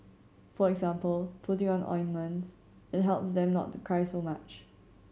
for example putting on ointments it help them not to cry so much